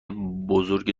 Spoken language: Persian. بزرگ